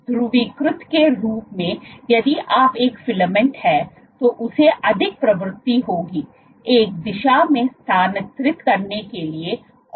ध्रुवीकृत के रूप में यदि आप एक फिलामेंट है तॊ उसे अधिक प्रवृत्ति होगी एक दिशा में स्थानांतरित करने के लिए और यह कैसे संभव है